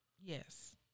Yes